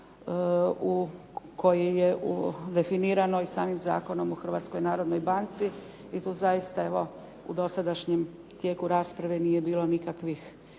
koji je u definiranom samim zakonom u Hrvatskoj narodnoj banci i tu zaista evo u tijeku dosadašnje rasprave nije bilo nikakvih